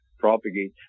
Propagate